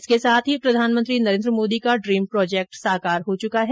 इसके साथ ही प्रधानमंत्री नरेन्द्र मोदी का ड्रीम प्रोजेक्ट साकार हो चुका है